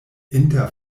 inter